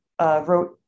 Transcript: wrote